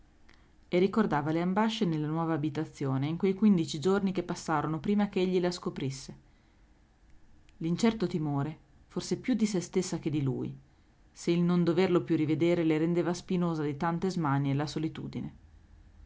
e ricordava le ambasce nella nuova abitazione in quei quindici giorni che passarono prima che egli la scoprisse l'incerto timore forse più di se stessa che di lui se il non doverlo più rivedere le rendeva spinosa di tante smanie la solitudine